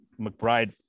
McBride